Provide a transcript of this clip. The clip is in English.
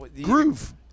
Groove